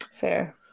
Fair